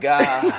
God